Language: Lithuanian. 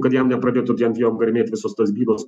kad jam nepradėtų ten ant jam garmėt visos tos bylos